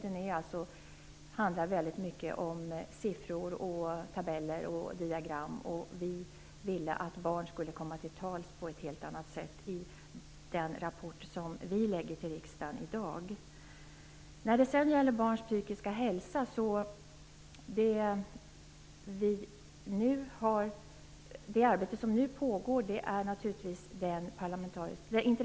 Den handlar alltså väldigt mycket om siffror, tabeller och diagram. Vi ville att barn skulle komma till tals på ett helt annat sätt i den rapport som vi lägger på riksdagens bord i dag. När det gäller barns psykiska hälsa pågår det ett arbete i den kommitté som har tillsatts.